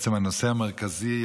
הנושא המרכזי,